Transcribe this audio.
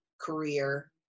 career